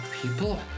people